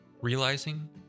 Realizing